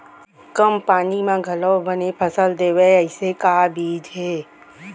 कम पानी मा घलव बने फसल देवय ऐसे का बीज हे?